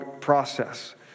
process